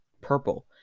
purple